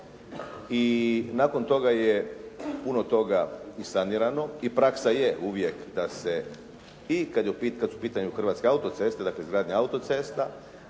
i nakon toga je puno toga i sanirano i praksa je uvijek i kada su u pitanju Hrvatske autoceste, dakle izgradnje autocesta,